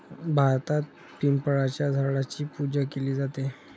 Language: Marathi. भारतात पिंपळाच्या झाडाची पूजा केली जाते